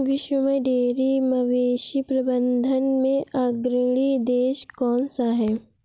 विश्व में डेयरी मवेशी प्रबंधन में अग्रणी देश कौन सा है?